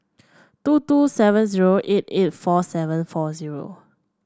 two two seven zero eight eight four seven four zero